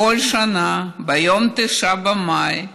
בכל שנה, ביום 9 במאי,